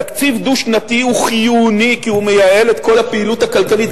תקציב דו-שנתי הוא חיוני כי הוא מייעל את כל הפעילות הכלכלית,